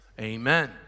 Amen